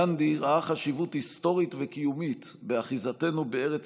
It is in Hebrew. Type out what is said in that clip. גנדי ראה חשיבות היסטורית וקיומית באחיזתנו בארץ